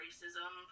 Racism